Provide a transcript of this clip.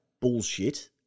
bullshit